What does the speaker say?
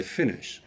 finish